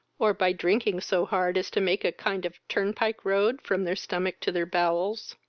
or by drinking so hard as to make a kind of turnpike-road from their stomachs to their bowels.